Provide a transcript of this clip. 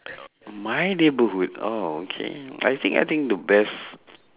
my neighbourhood oh okay I think I think the best